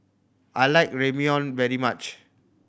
I like Ramyeon very much